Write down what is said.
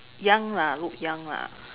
young lah look young lah